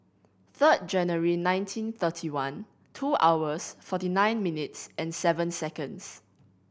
third January nineteen thirty one two hours forty nine minutes and seven seconds